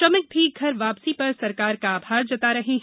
श्रमिक भी घर वापसी पर सरकार का आभार जता रहे हैं